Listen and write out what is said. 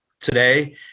today